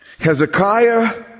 Hezekiah